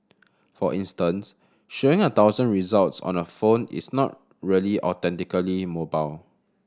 for instance showing a thousand results on a phone is not really authentically mobile